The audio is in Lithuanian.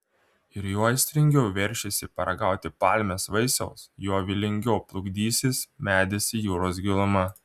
ir juo aistringiau veršiesi paragauti palmės vaisiaus juo vylingiau plukdysis medis į jūros gilumą